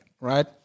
right